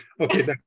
Okay